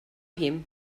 him